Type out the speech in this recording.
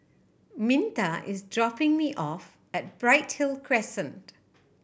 Minta is dropping me off at Bright Hill Crescent